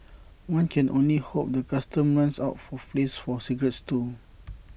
one can only hope the Customs runs out for place for cigarettes too